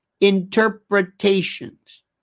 interpretations